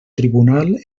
tribunal